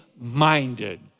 minded